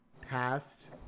passed